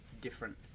different